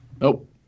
Nope